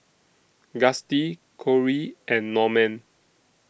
Gustie Corie and Norman